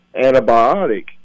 antibiotic